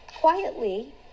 Quietly